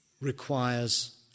requires